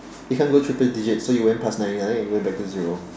it can't go triple digits so it went past ninety nine and it went to zero